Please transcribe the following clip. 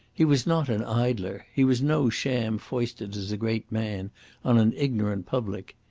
he was not an idler he was no sham foisted as a great man on an ignorant public.